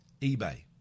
eBay